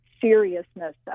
seriousness